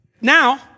Now